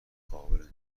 قابل